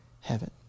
heaven